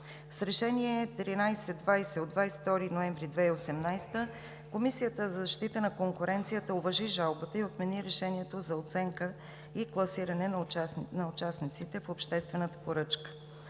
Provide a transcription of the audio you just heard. С Решение № 1320 от 22 ноември 2018 г. Комисията за защита на конкуренцията уважи жалбата и отмени решението за оценка и класиране на участниците в обществената поръчка.